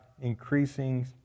increasing